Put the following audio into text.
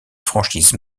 franchise